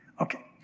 Okay